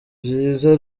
vyiza